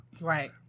Right